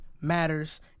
matters